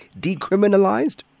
decriminalized